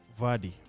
Vardy